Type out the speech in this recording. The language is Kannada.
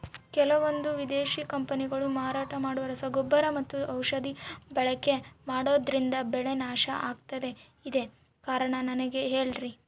ಕೆಲವಂದು ವಿದೇಶಿ ಕಂಪನಿಗಳು ಮಾರಾಟ ಮಾಡುವ ರಸಗೊಬ್ಬರ ಮತ್ತು ಔಷಧಿ ಬಳಕೆ ಮಾಡೋದ್ರಿಂದ ಬೆಳೆ ನಾಶ ಆಗ್ತಾಇದೆ? ಕಾರಣ ನನಗೆ ಹೇಳ್ರಿ?